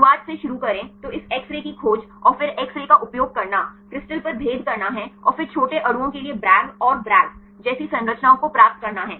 शुरुआत से शुरू करे तो इस एक्स रे की खोज और फिर एक्स रे का उपयोग करना क्रिस्टल पर भेद करना है और फिर छोटे अणुओं के लिए ब्रैग और ब्रैग जैसी संरचनाओं को प्राप्त करना है